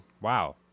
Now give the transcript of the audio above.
wow